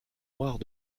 noires